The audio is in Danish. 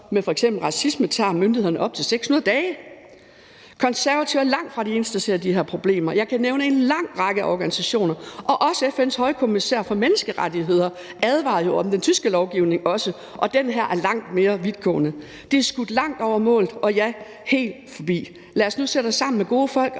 f.eks. racisme tager myndighederne op til 600 dage. Konservative er langtfra de eneste, der ser de her problemer. Jeg kan nævne en lang række organisationer, og også FN's højkommissær for menneskerettigheder advarer jo om den tyske lovgivning. Og den her er langt mere vidtgående. Det er skudt langt over mål og er, ja, helt vildt. Lad os nu sætte os sammen med gode folk og